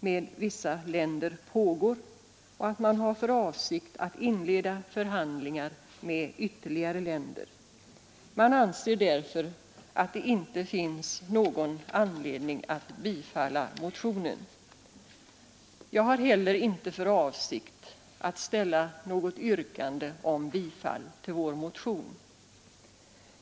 med vissa länder pågår Ersättningen för och att man har för avsikt att inleda förhandlingar med ytterligare länder. sjukvård åt svenska Man anser därför att det inte finns någon anledning att bifalla motionen. medborgare i Jag har heller inte för avsikt att ställa något yrkande om bifall till vår utlandet motion.